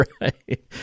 right